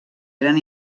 eren